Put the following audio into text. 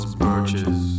birches